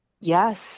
Yes